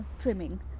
trimming